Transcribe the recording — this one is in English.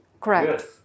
Correct